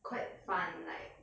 quite fun like